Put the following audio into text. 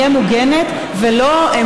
שהם